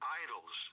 idols